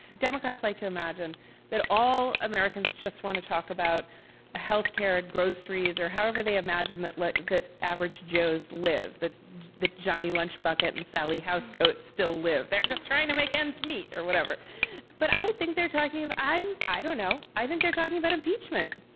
democrats like to imagine that all americans just want to talk about health care, and groceries, or however they imagine that that average joes live, that that johnny lunch bucket and sally housecoat still live there, just trying to make ends meet or whatever but i think they're talking of i i don't know. i think they're talking about impeachment.